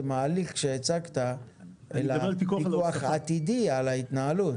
ההליך שהצגת אלא פיקוח עתידי על ההתנהלות.